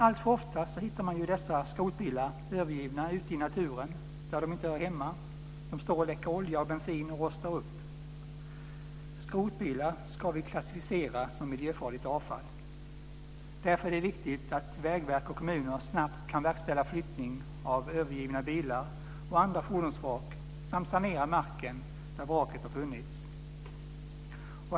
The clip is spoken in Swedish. Alltför ofta hittar man skrotbilar övergivna ute i naturen, där de inte hör hemma. De står och rostar och läcker olja och bensin. Skrotbilar ska vi klassificera som miljöfarligt avfall. Därför är det viktigt att Vägverket och kommuner snabbt kan verkställa flyttning av övergivna bilar och andra fordonsvrak samt sanera marken där vraket har funnits.